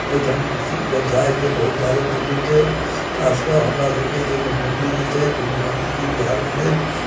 एहिठाम कृषि व्यवसायके बहुत ज्यादा तकलीफ छै खास कऽ हमरासभके जे मुख्यमंत्रीजी छथि ओ मुख्यमंत्रीजी बिहारके लेल